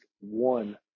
one